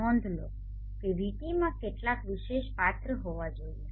નોંધ લો કે VTમાં કેટલાક વિશેષ પાત્ર હોવા જોઈએ